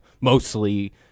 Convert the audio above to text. mostly